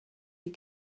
die